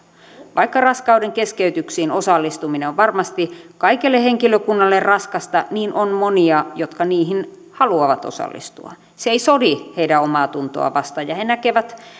vaikka raskaudenkeskeytyksiin osallistuminen on varmasti kaikelle henkilökunnalle raskasta niin on monia jotka niihin haluavat osallistua se ei sodi heidän omaatuntoaan vastaan ja he näkevät